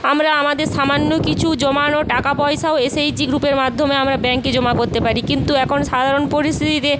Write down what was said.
আমরা আমাদের সামান্য কিছু জমানো টাকা পয়সাও এসএইচজি গ্রুপের মাধ্যমে আমরা ব্যাঙ্কে জমা করতে পারি কিন্তু এখন সাধারণ পরিস্থিতিতে